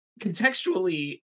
contextually